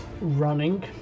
running